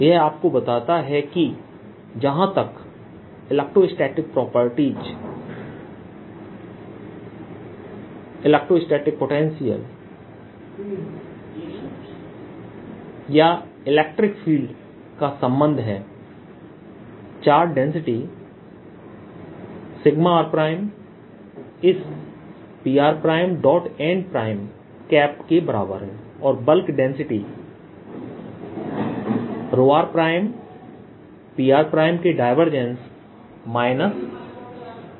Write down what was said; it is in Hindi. यह आपको बताता है कि जहां तक इलेक्ट्रोस्टैटिक प्रॉपर्टीज इलेक्ट्रोस्टैटिक पोटेंशियल या इलेक्ट्रिक फील्ड का संबंध है चार्ज डेंसिटी r इस Prn के बराबर है और बल्क डेंसिटी r Prके डायवर्जेंस Prके बराबर है